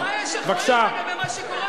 לך יש אחריות לגבי מה שקורה פה.